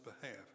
behalf